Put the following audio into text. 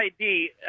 ID